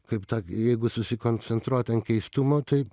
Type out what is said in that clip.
kaip ta jeigu susikoncentruot ant keistumo tai